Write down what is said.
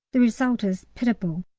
the result is pitiable.